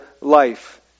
life